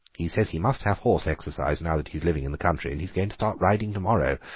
he said he must have horse exercise now that he's living in the country, and he's going to start riding to-morrow.